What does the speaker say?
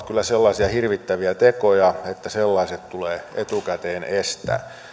kyllä sellaisia hirvittäviä tekoja että sellaiset tulee etukäteen estää